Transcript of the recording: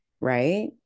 right